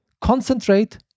concentrate